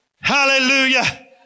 Hallelujah